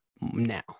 now